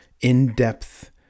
in-depth